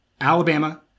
Alabama